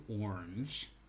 orange